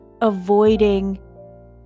avoiding